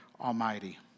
Almighty